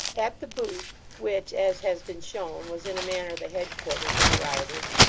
at the boot, which, as has been shown, was in a manner the head-quarters of the rioters,